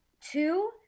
Two